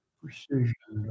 precision